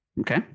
okay